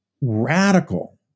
radical